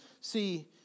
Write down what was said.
See